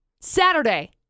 Saturday